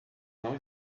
não